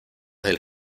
del